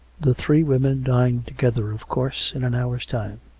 the three women dined together, of course, in an hour's time.